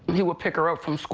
he would pick her up from